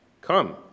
Come